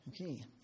Okay